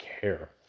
care